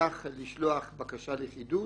נשכח לשלוח בקשה לחידוש,